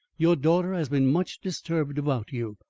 your daughter has been much disturbed about you,